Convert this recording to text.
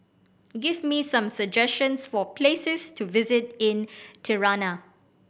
give me some suggestions for places to visit in Tirana